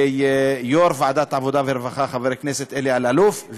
ליו"ר ועדת העבודה והרווחה חבר הכנסת אלי אלאלוף,